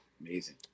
amazing